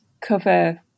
cover